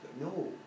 No